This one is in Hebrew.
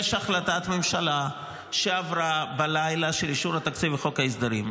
יש החלטת ממשלה שעברה בלילה של אישור התקציב וחוק ההסדרים.